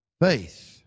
Faith